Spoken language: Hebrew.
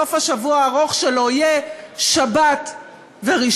סוף השבוע הארוך שלו יהיה שבת וראשון,